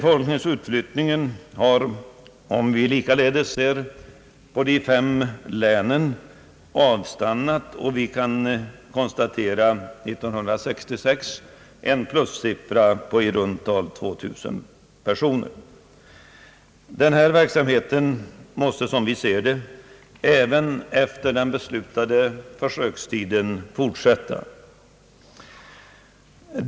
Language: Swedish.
Befolkningsutflyttningen har — om vi likaledes ser på de fem länen — avstannat, och vi kan år 1966 konstatera en plussiffra på i runt tal 2 000 personer. Den här verksamheten måste, som vi ser det, fortsätta även efter den beslutade försökstiden.